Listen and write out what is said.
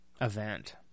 event